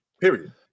Period